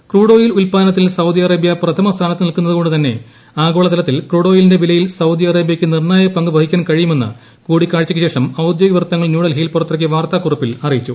crude oil ഉൽപ്പാദനത്തിൽ Saudi Arabia പ്രഥമ സ്ഥാനത്ത് നിൽക്കുന്നതു കൊണ്ടുതന്നെ ആഗോളതലത്തിൽ ക്രൂഡ് ഓയിലിന്റെ വിലയിൽ സൌദി അറേബൃയ്ക്ക് നിർണ്ണായക പങ്ക് വഹിക്കാൻ കഴിയുമെന്ന് കൂടിക്കാഴ്ചയ്ക്കുശേഷം ഔദ്യോഗിക വൃത്തങ്ങൾ ന്യൂഡൽഹി യിൽ പുറത്തിറക്കിയ വാർത്താകുറിപ്പിൽ അറിയിച്ചു